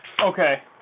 Okay